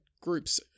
groups